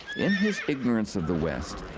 in his ignorance of the west,